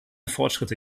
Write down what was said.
fortschritte